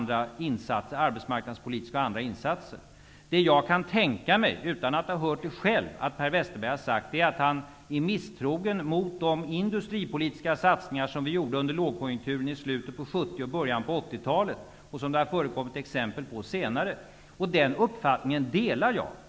Det jag -- utan att ha hört det själv -- kan tänka mig att Per Westerberg har sagt är att han är misstrogen mot de industripolitiska satsningar som vi gjorde under lågkonjunkturen i slutet på 70-talet och i början på 80-talet. Det har förekommit exempel på sådana satsningar också senare. Jag delar denna uppfattning.